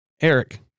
Eric